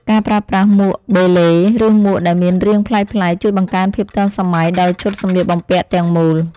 ការប្រើប្រាស់មួកបេឡេ ឬមួកដែលមានរាងប្លែកៗ ជួយបង្កើនភាពទាន់សម័យដល់ឈុតសម្លៀកបំពាក់ទាំងមូល។